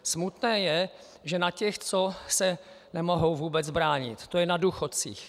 Smutné je, že na těch, co se nemohou vůbec bránit, to je na důchodcích.